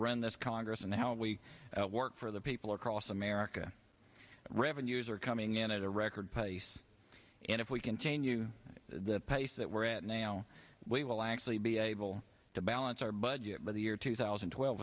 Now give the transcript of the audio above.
run this congress and how we work for the people across america revenues are coming in at a record pace and if we continue the pace that we're at now we will actually be able to balance our budget by the year two thousand and twelve